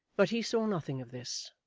but he saw nothing of this.